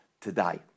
today